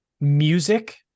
music